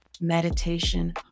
meditation